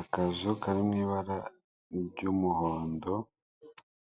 Akazu kari mu ibara ry'umuhondo,